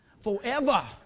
Forever